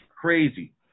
Crazy